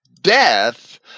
death